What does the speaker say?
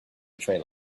trail